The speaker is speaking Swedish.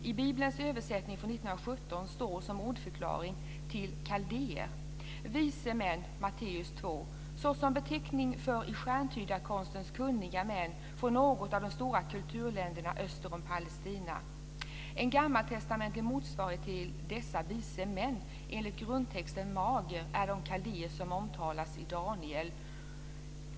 I Bibelns översättning från 1917 står som ordförklaring till kaldéer: "Vise män, Matt 2, såsom beteckning för i stjärntydarekonsten kunniga män från något av de stora kulturländerna öster om Palestina. En gammaltestamentlig motsvarighet till dessa vise män, enligt grundtexten mager, är de kaldéer som omtalas i Dan.